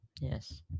Yes